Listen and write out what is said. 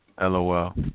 lol